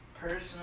personal